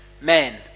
Men